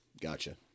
gotcha